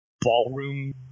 ballroom